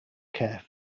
care